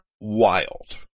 wild